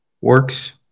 works